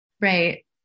Right